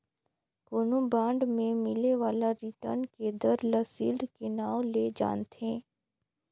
कोनो बांड मे मिले बाला रिटर्न के दर ल सील्ड के नांव ले जानथें